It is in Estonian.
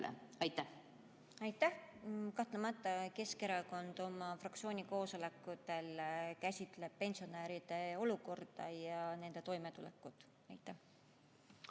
Aitäh! Kahtlemata Keskerakond oma fraktsiooni koosolekutel käsitleb pensionäride olukorda ja nende toimetulekut. Aitäh!